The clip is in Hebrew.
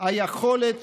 היכולת